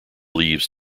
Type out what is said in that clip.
leaves